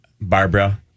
Barbara